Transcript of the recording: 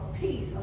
peace